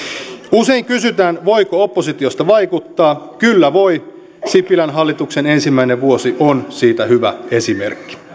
usein kysytään voiko oppositiosta vaikuttaa kyllä voi sipilän hallituksen ensimmäinen vuosi on siitä hyvä esimerkki